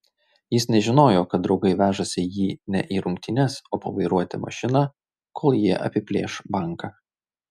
jis nežinojo kad draugai vežasi jį ne į rungtynes o pavairuoti mašiną kol jie apiplėš banką